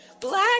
Black